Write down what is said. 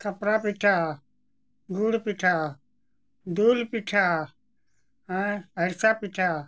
ᱠᱷᱟᱯᱨᱟ ᱯᱤᱴᱷᱟᱹ ᱜᱩᱲ ᱯᱤᱴᱷᱟᱹ ᱫᱩᱞ ᱯᱤᱴᱷᱟᱹ ᱦᱟᱨᱥᱟ ᱯᱤᱴᱷᱟᱹ